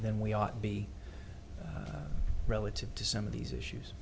then we ought to be relative to some of these issues